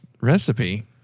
recipe